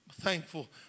thankful